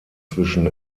zwischen